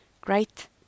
Great